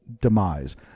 demise